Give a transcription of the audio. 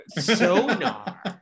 sonar